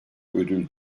ödül